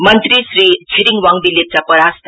मंत्री श्री छिरिङ वाङदी लेप्चा परास्त